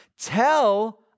Tell